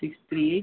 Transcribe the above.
six three eight